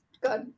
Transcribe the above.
Good